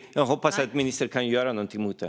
Jag hoppas att ministern kan göra någonting åt det.